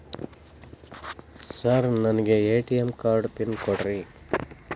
Sir ನನಗೆ ATM card pin ಕೊಡ್ರಿ?